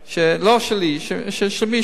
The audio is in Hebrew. לא שלי, של מישהו.